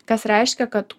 kas reiškia kad